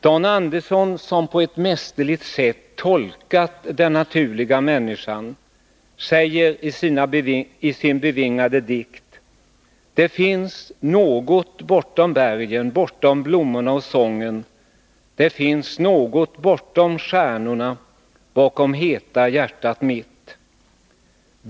Dan Andersson, som på ett mästerligt sätt tolkat den naturliga människan, säger i sin bevingade dikt: Det finns något bortom bergen, bortom blommorna och sången, det är något bortom stjärnor, bakom heta hjärtat mitt.